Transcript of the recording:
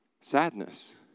sadness